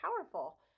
powerful